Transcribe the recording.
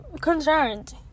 Concerned